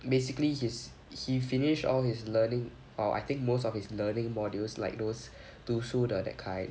basically his he finish all his learning or I think most of his learning modules like those 读书的 that kind